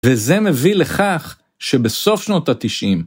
וזה מביא לכך שבסוף שנות התשעים.